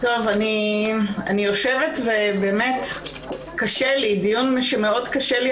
אני יושבת וקשה לי, דיון שמאוד קשה לי.